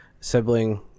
sibling